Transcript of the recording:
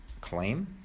claim